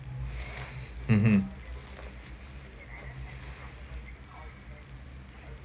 mmhmm